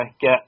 get